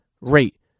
rate